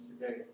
today